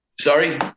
Sorry